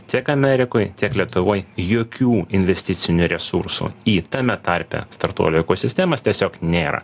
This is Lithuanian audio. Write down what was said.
tiek amerikoj tiek lietuvoj jokių investicinių resursų į tame tarpe startuolių ekosistemas tiesiog nėra